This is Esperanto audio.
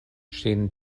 ŝin